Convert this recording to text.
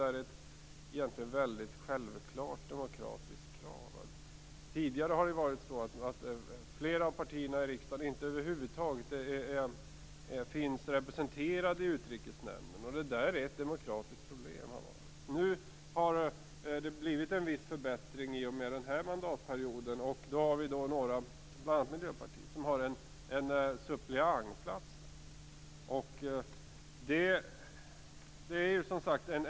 Det är egentligen ett självklart demokratiskt krav. Tidigare har flera av partierna i riksdagen inte över huvud taget varit representerade i Utrikesnämnden. Det har varit ett demokratiskt problem. I och med denna mandatperiod har det blivit en viss förbättring. Några har fått suppleantplats, bl.a.